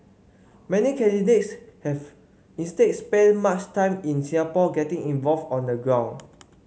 many candidates have instead spent much time in Singapore getting involved on the ground